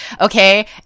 okay